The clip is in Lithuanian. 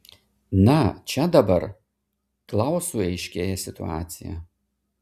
na čia dabar klausui aiškėja situacija